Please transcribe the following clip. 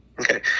okay